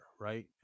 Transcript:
right